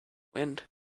wind